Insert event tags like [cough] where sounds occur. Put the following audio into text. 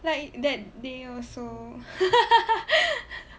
like that day also [laughs]